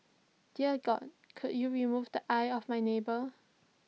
dear God could you remove the eye of my neighbour